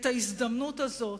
את ההזדמנות הזאת,